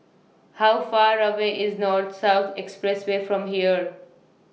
How Far away IS North South Expressway from here